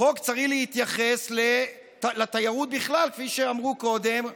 החוק צריך להתייחס לתיירות בכלל, כפי שאמרו קודם.